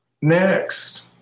Next